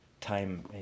time